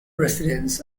residents